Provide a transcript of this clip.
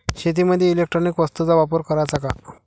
शेतीमंदी इलेक्ट्रॉनिक वस्तूचा वापर कराचा का?